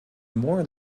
more